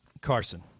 Carson